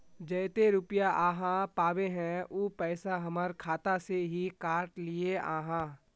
जयते रुपया आहाँ पाबे है उ पैसा हमर खाता से हि काट लिये आहाँ?